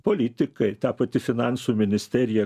politikai ta pati finansų ministerija